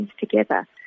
together